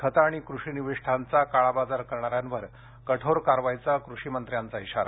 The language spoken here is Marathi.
खतं आणि कृषी निविष्ठांचा काळाबाजार करणाऱ्यांवर कठोर कारवाईचा कृषी मंत्र्यांचा इशारा